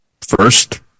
first